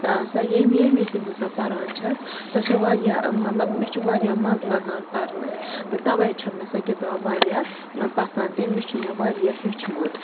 سۄ ییٚمہِ ییٚمہِ وِز تہٕ بہٕ سۄ پَران چھَس سۄ چھَ واریاہ مَطلَب مےٚ چھُ واریاہ مَزٕ لگان پَرنَس تہٕ تَوَے چھَ مےٚ سۄ کِتاب واریاہ پَسَنٛد تمہِ نِش چھُ مےٚ واریاہ ہیٚوچھمُت